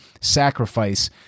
sacrifice